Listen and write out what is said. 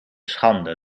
schande